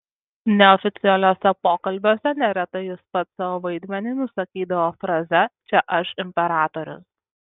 neoficialiuose pokalbiuose neretai jis pats savo vaidmenį nusakydavo fraze čia aš imperatorius